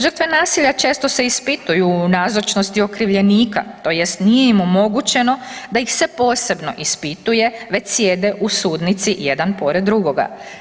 Žrtve nasilja često se ispituju u nazočnosti okrivljenika tj. nije im omogućeno da ih se posebno ispituje već sjede u sudnici jedan pored drugoga.